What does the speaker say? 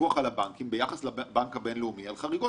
הפיקוח על הבנקים ביחס לבנק הבינלאומי על חריגות,